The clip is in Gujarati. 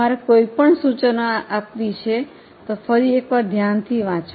તમારે કોઈ પણ સૂચનો આપવી છે ફરી એકવાર ધ્યાનથી વાંચો